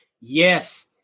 Yes